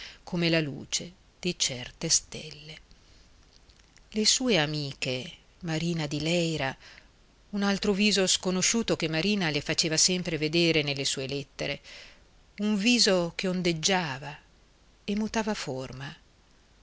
come la luce di certe stelle le sue amiche marina di leyra un altro viso sconosciuto che marina le faceva sempre vedere nelle sue lettere un viso che ondeggiava e mutava forma